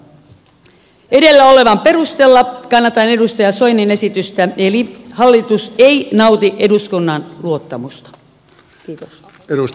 edellä olevan perusteella kannatan edustaja soinin esitystä eli hallitus ei nauti eduskunnan luottamusta